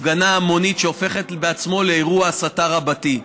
הפגנה המונית שהופכת בעצמה לאירוע הסתה רבתי.